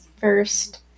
first